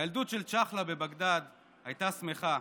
הילדות של צ'חלה בבגדאד הייתה שמחה.